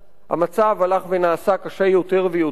המצב הלך ונעשה קשה יותר ויותר.